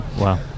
Wow